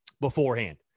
beforehand